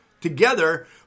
together